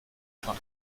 von